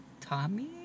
Tommy